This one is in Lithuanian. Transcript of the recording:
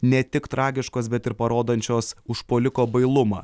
ne tik tragiškos bet ir parodančios užpuoliko bailumą